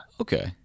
Okay